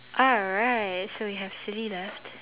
alright so we have silly left